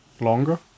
longer